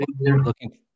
Looking